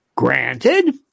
Granted